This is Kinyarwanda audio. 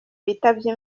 bitabye